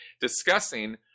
discussing